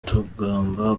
tugomba